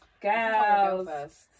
Girls